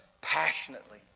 passionately